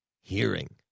hearing